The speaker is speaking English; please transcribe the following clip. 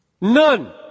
None